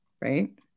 right